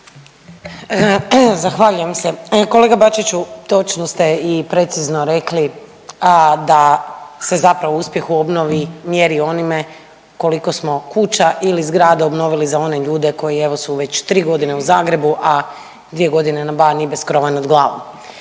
Zahvaljujem se. Kolega Bačiću točno ste i precizno rekli, a da se zapravo uspjeh u obnovi mjeri onime koliko smo kuća ili zgrada obnovili za one ljude koji evo su već tri godine u Zagrebu, a dvije godine na Baniji bez krova nad glavom.